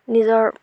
নিজৰ